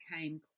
came